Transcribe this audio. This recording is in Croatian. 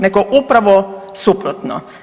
Nego upravo suprotno.